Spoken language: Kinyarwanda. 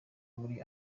muri